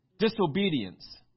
disobedience